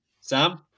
Sam